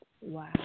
Wow